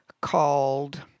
called